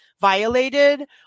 violated